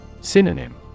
Synonym